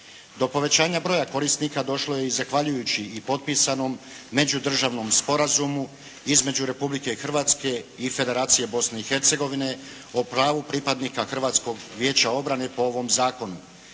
Do povećanja broja korisnika došlo je i zahvaljujući i potpisanom međudržavnom sporazumu između Republike Hrvatske i Federacije Bosne i Hercegovine o pravu pripadnika Hrvatskog vijeća obrane po ovom zakonu.